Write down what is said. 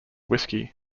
whiskey